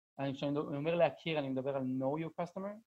אני כשאני אומר להכיר אני מדבר על know your customer